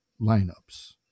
lineups